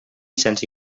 sense